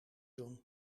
doen